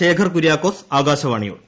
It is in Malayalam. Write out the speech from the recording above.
ശേഖർ കുര്യാക്കോസ് ആകാശവാണിയോട്